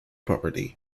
property